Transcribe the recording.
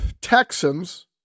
Texans